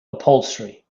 upholstery